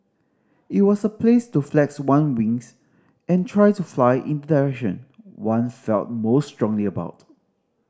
it was a place to flex one wings and try to fly in the direction one felt most strongly about